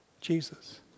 Jesus